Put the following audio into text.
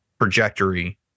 trajectory